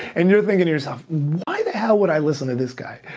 and you're thinking to yourself, why the hell would i listen to this guy?